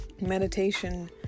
Meditation